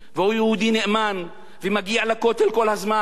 הוא יהודי נאמן ומגיע לכותל כל הזמן.